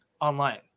online